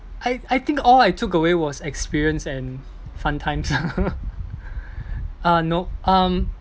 I I think all I took away was experience and fun times uh no um